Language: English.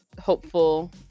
hopeful